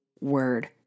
word